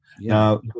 Now